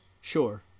sure